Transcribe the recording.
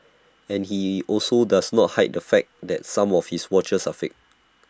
and he also does not hide the fact that some of his watches are fakes